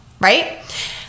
Right